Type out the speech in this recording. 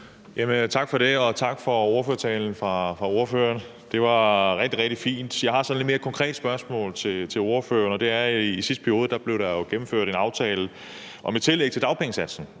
Tak for det, og tak for ordførertalen. Det var rigtig, rigtig fint. Jeg har sådan et lidt mere konkret spørgsmål til ordføreren. I sidste periode blev der jo gennemført en aftale om et tillæg til dagpengesatsen